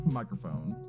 microphone